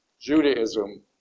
Judaism